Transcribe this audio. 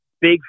Big